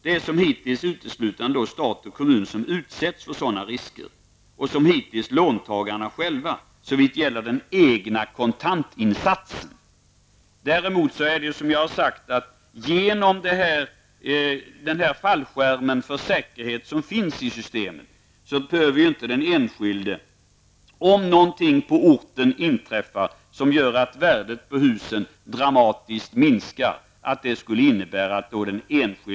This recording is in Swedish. Det är som hittills uteslutande stat och kommun som utsätts för sådana risker och som hittills låntagarna själva såvitt gäller den egna kontantinsatsen. Men, som jag har sagt, den enskilde behöver, genom den fallskärm för säkerhet som finns i systemet, inte riskera att hamna i någon sorts skuldfälla, om något på orten skulle inträffa som gör att värdet på husen dramatiskt skulle minska.